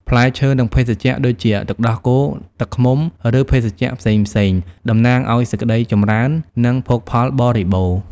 ផ្លែឈើ និងភេសជ្ជៈដូចជាទឹកដោះគោ ទឹកឃ្មុំ ឬភេសជ្ជៈផ្សេងៗ តំណាងឱ្យសេចក្ដីចម្រើន និងភោគផលបរិបូរណ៍។